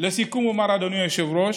לסיכום אומר, אדוני היושב-ראש,